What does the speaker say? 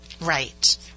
Right